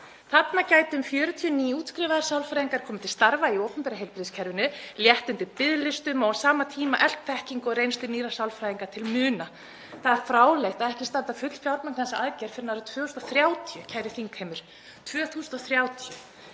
Þarna gætu um 40 nýútskrifaðir sálfræðingar komið til starfa í opinbera heilbrigðiskerfinu, létt undir biðlistum og á sama tíma eflt þekkingu og reynslu nýrra sálfræðinga til muna. Það er fráleitt að ekki standi til að fullfjármagna þessa aðgerð fyrr en árið 2030, kæri þingheimur, 2030.